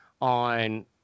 On